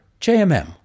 JMM